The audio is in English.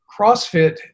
CrossFit